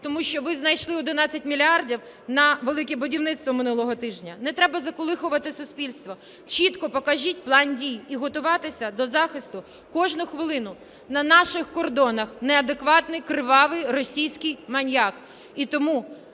тому що ви знайшли 11 мільярдів на "Велике будівництво" минулого тижня. Не треба заколихувати суспільство, чітко покажіть план дій, і готуватися до захисту кожну хвилину. На наших кордонах неадекватний кривавий російський маніяк,